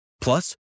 Plus